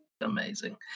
Amazing